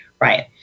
right